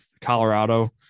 Colorado